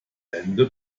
ende